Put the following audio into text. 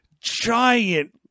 giant